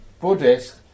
Buddhist